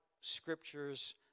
scriptures